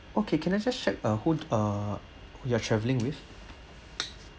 okay can I just check uh who~ uh who you're travelling with